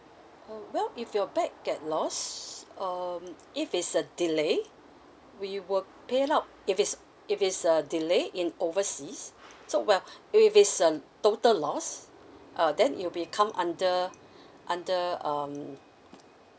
oh well if your bag get lost uh if it's a delay we will pay up if it's if it's a delay in overseas so well if it's a total loss err then it'll become under under um